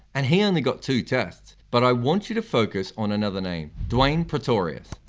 and he only got two tests. but i want you to focus on another name dwayne pretorius.